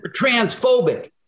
transphobic